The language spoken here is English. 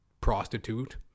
prostitute